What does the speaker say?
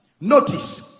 Notice